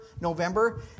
November